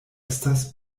estas